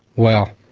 well,